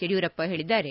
ಯಡಿಯೂರಪ್ಪ ಹೇಳಿದ್ದಾರೆ